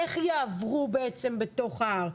איך יעברו בתוך ההר?